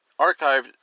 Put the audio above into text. archived